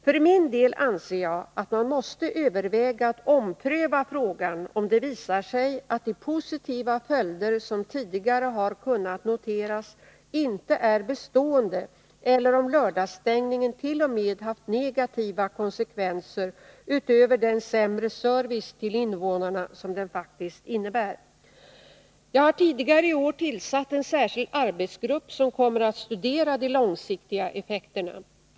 För min del anser jag att man måste överväga att ompröva frågan, om det visar sig att de positiva följder som tidigare har kunnat noteras inte är bestående eller om lördagsstängningen t.o.m. haft negativa konsekvenser utöver den sämre service till invånarna som den faktiskt innebär. Jag har tidigare i år tillsatt en särskild arbetsgrupp som kommer att studera de långsiktiga effekterna.